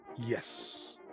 yes